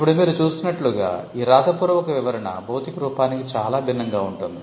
ఇప్పుడు మీరు చూసినట్లుగా ఈ వ్రాతపూర్వక వివరణ భౌతిక రూపానికి చాలా భిన్నంగా ఉంటుంది